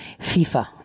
FIFA